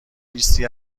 لیستی